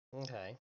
Okay